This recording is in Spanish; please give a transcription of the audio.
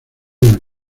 del